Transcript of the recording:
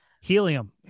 Helium